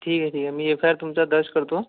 ठीक आहे ठीक आहे मी एफ आय आर तुमचा दर्ज करतो